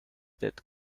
that